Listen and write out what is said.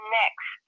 next